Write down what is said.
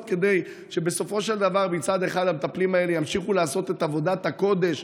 כדי שבסופו של דבר המטפלים האלה ימשיכו לעשות את עבודת הקודש,